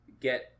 get